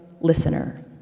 listener